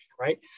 right